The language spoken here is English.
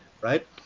right